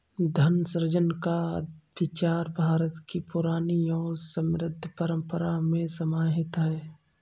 धन सृजन का विचार भारत की पुरानी और समृद्ध परम्परा में समाहित है